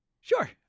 Sure